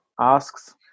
asks